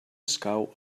escau